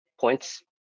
points